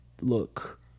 look